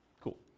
Cool